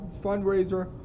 Fundraiser